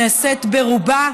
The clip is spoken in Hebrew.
שנעשית ברובה